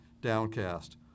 downcast